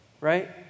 Right